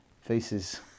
faces